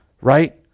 right